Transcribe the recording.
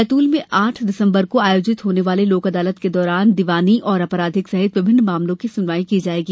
बैतूल में आठ दिसम्बर को आयोजित होने वाले लोक अदालत के दौरान दीवानी और आपराधिक सहित विभिन्न मामलों की सुनवाई की जायेगी